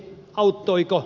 auttoiko